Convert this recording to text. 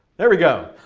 there we go.